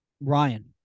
Ryan